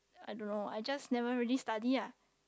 I don't know I just never really study ah